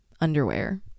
underwear